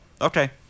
Okay